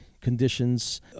conditions